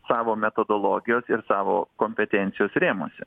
savo metodologijos ir savo kompetencijos rėmuose